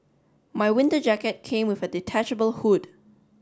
my winter jacket came with a detachable hood